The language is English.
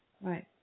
Right